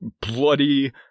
bloody